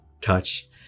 touch